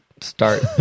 start